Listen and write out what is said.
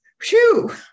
phew